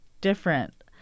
different